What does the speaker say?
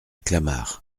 clamart